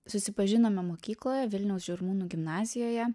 susipažinome mokykloje vilniaus žirmūnų gimnazijoje